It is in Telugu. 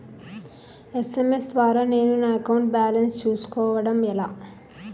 ఎస్.ఎం.ఎస్ ద్వారా నేను నా అకౌంట్ బాలన్స్ చూసుకోవడం ఎలా?